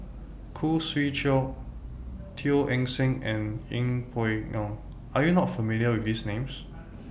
Khoo Swee Chiow Teo Eng Seng and Yeng Pway Ngon Are YOU not familiar with These Names